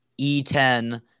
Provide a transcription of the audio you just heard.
E10